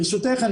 ברשותך,